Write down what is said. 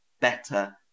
better